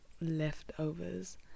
leftovers